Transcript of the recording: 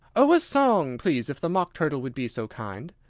oh, a song, please, if the mock turtle would be so kind,